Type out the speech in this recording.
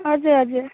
हजुर हजुर